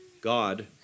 God